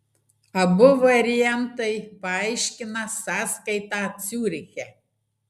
abu variantai paaiškina sąskaitą ciuriche